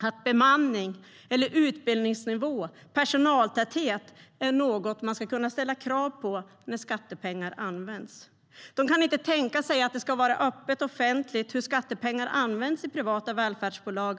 att bemanning, utbildningsnivå eller personaltäthet är något man ska kunna ställa krav på när skattepengar används. De kan inte tänka sig att det ska vara öppet och offentligt hur skattepengar används i privata välfärdsbolag.